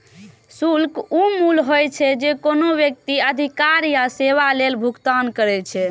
शुल्क ऊ मूल्य होइ छै, जे कोनो व्यक्ति अधिकार या सेवा लेल भुगतान करै छै